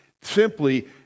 Simply